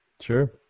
Sure